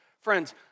Friends